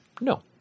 No